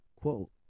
quote